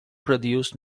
produced